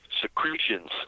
secretions